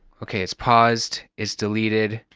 okay, it's paused it's deleted.